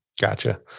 Gotcha